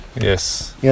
Yes